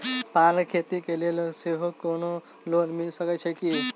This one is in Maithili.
पान केँ खेती केँ लेल सेहो कोनो लोन मिल सकै छी की?